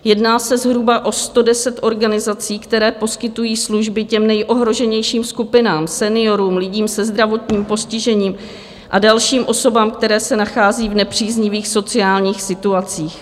Jedná se zhruba o 110 organizací, které poskytují služby těm nejohroženějším skupinám seniorům, lidem se zdravotním postižením a dalším osobám, které se nachází v nepříznivých sociálních situacích.